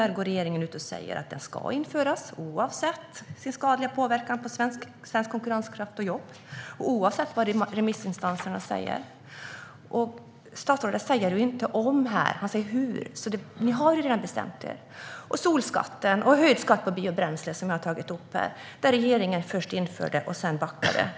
Regeringen går ut och säger att den ska införas oavsett den skadliga påverkan på svensk konkurrenskraft och på jobb och oavsett vad remissinstanserna säger. Statsrådet säger inte "om" - han säger "hur". Ni har redan bestämt er. Jag har tagit upp solskatten och höjd skatt på biobränsle. Regeringen införde det och backade sedan.